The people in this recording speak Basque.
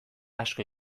asko